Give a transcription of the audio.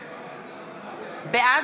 גטאס,